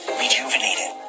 rejuvenated